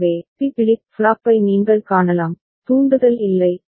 எனவே பி பிளிப் ஃப்ளாப்பை நீங்கள் காணலாம் தூண்டுதல் இல்லை